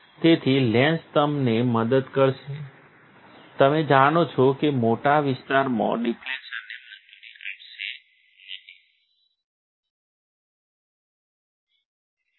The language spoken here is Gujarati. તેથી લેન્સ તમેને મદદ કરશે તમે જાણો છો કે મોટા વિસ્તારમા ડિફ્લેક્શનને મંજૂરી અપાશે નહીં